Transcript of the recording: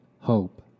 Hope